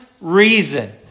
reason